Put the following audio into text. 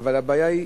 אבל הבעיה היא,